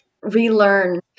relearn